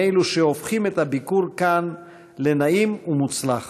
הם אלו שהופכים את הביקור כאן לנעים ומוצלח,